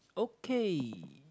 okay